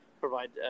provide